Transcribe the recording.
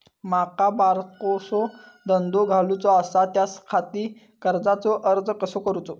माका बारकोसो धंदो घालुचो आसा त्याच्याखाती कर्जाचो अर्ज कसो करूचो?